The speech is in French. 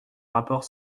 rapport